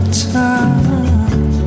time